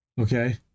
Okay